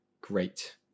Great